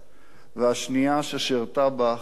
והשנייה, ששירתה בחמ"ל